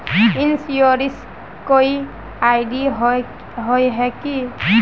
Insurance कोई ID होय है की?